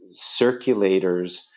circulators